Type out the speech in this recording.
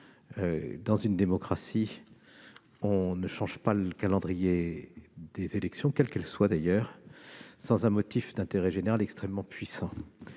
Dans une démocratie, on ne change pas le calendrier des élections, quelles qu'elles soient, sans un motif d'intérêt général extrêmement puissant.